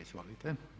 Izvolite.